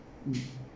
mm